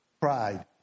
Pride